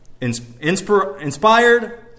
inspired